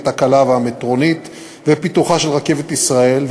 הקלה והמטרונית ופיתוחה של רכבת ישראל,